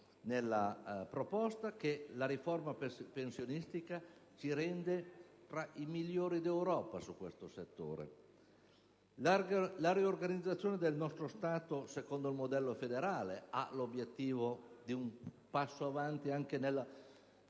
nella proposta, che la riforma pensionistica ci rende tra i migliori d'Europa in questo settore; che la riorganizzazione del nostro Stato secondo il modello federale ha l'obiettivo di compiere un passo in avanti anche nel